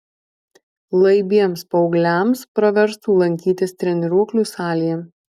laibiems paaugliams praverstų lankytis treniruoklių salėje